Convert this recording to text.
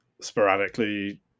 sporadically